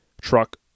truck